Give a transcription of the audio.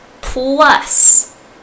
plus